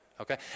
Okay